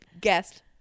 Guest